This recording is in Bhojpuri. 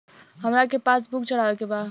हमरा के पास बुक चढ़ावे के बा?